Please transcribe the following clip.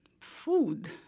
food